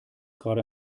gerade